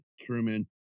Truman